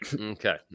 okay